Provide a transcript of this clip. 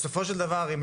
בסופו של דבר,